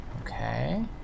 Okay